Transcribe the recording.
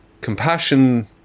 Compassion